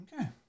Okay